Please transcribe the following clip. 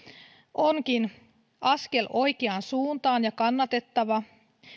onkin askel oikeaan suuntaan ja kannatettava